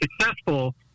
successful